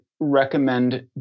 recommend